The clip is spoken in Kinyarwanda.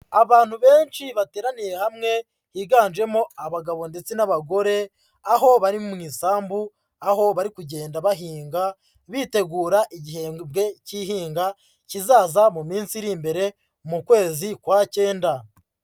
Abantu benshi bateraniye hamwe, higanjemo abagabo ndetse n'abagore, aho bari mu isambu, aho bari kugenda bahinga, bitegura igihembwe cy'ihinga kizaza mu minsi iri imbere mu kwezi kwa cyenda.